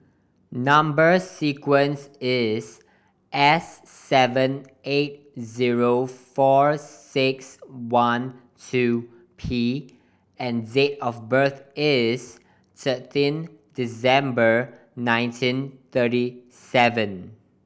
number sequence is S seven eight zero four six one two P and date of birth is thirteen December nineteen thirty seven